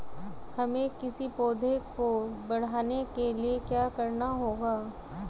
हमें किसी पौधे को बढ़ाने के लिये क्या करना होगा?